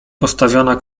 postawiona